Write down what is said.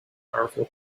powerful